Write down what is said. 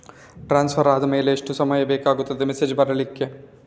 Transfer ಆದ್ಮೇಲೆ ಎಷ್ಟು ಸಮಯ ಬೇಕಾಗುತ್ತದೆ ಮೆಸೇಜ್ ಬರ್ಲಿಕ್ಕೆ?